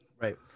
Right